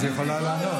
אז היא יכולה לענות.